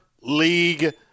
League